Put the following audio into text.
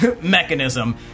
mechanism